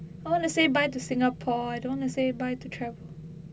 I want to say bye to singapore I don't want to say bye to travel